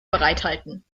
bereithalten